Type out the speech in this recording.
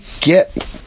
get